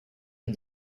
lie